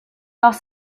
dans